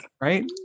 Right